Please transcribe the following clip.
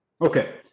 Okay